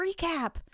recap